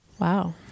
Wow